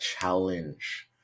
challenge